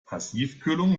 passivkühlung